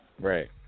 Right